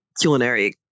culinary